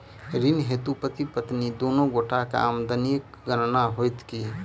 ऋण हेतु पति पत्नी दुनू गोटा केँ आमदनीक गणना होइत की?